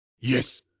Yes